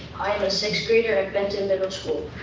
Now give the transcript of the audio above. i am a sixth grader at benton middle school.